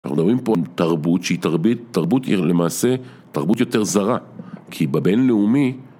אנחנו מדברים פה על תרבות שהיא תרבית, תרבות עיר למעשה, תרבות יותר זרה, כי בבינלאומי